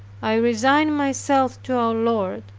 i resigned myself to our lord.